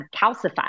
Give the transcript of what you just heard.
calcified